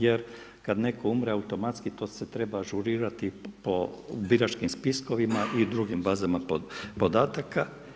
Jer kad netko umre automatski to se treba ažurirati po biračkim spiskovima i drugim bazama podataka.